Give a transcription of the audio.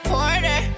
Porter